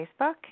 Facebook